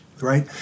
right